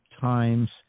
times